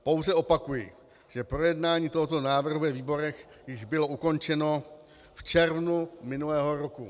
Pouze opakuji, že projednání tohoto návrhu ve výborech již bylo ukončeno v červnu minulého roku.